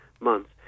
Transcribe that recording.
months